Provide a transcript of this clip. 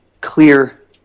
clear